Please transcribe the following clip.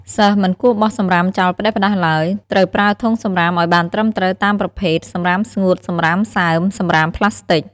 សិស្សមិនគួរបោះសំរាមចោលផ្ដេសផ្ដាសឡើយ ត្រូវប្រើធុងសំរាមឲ្យបានត្រឹមត្រូវតាមប្រភេទ សំរាមស្ងួត សំរាមសើម សំរាមប្លាស្ទិក។